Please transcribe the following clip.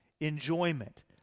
enjoyment